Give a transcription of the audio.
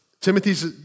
Timothy's